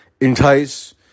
entice